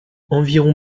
environ